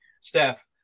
Steph